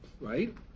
right